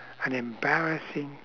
an embarrassing